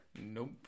Nope